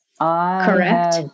correct